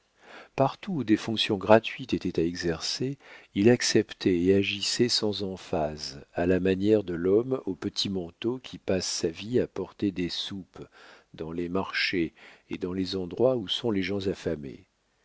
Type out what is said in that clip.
partout où des fonctions gratuites étaient à exercer il acceptait et agissait sans emphase à la manière de l'homme au petit manteau qui passe sa vie à porter des soupes dans les marchés et dans les endroits où sont les gens affamés